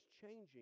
changing